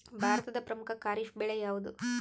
ಭಾರತದ ಪ್ರಮುಖ ಖಾರೇಫ್ ಬೆಳೆ ಯಾವುದು?